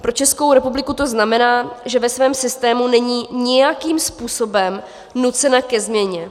Pro Českou republiku to znamená, že ve svém systému není nijakým způsobem nucena ke změně.